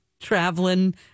traveling